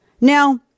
now